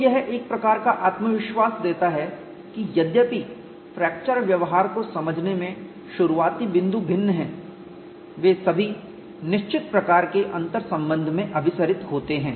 तो यह एक प्रकार का आत्मविश्वास देता है कि यद्यपि फ्रैक्चर व्यवहार को समझने में शुरुआती बिंदु भिन्न हैं वे सभी निश्चित प्रकार के अंतर्संबंध में अभिसरित कन्वर्ज होते हैं